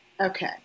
Okay